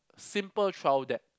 simple trial deck